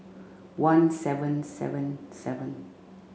one seven seven seven